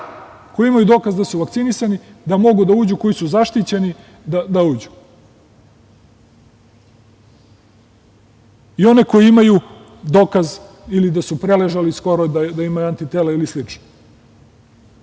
koji imaju dokaz da su vakcinisani, da mogu da uđu, koji su zaštićeni i one koje imaju dokaz ili da su preležali skoro, da ima antitela ili sl.Ne